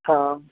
हँ